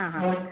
ആ ആ